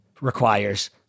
requires